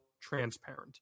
transparent